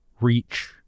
reach